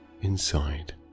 inside